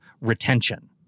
retention